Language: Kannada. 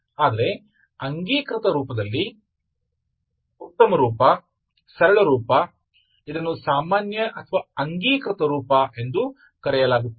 ಆದರೆ ಅಂಗೀಕೃತ ರೂಪದಲ್ಲಿ ಉತ್ತಮ ರೂಪ ಸರಳ ರೂಪ ಇದನ್ನು ಸಾಮಾನ್ಯ ಅಥವಾ ಅಂಗೀಕೃತ ರೂಪ ಎಂದು ಕರೆಯಲಾಗುತ್ತದೆ